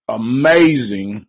amazing